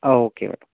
okay madam